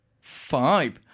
five